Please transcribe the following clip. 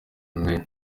mayor